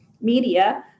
media